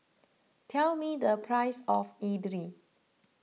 tell me the price of Idly